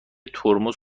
ترمز